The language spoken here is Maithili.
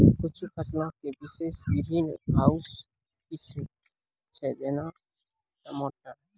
कुछु फसलो के विशेष ग्रीन हाउस किस्म छै, जेना टमाटर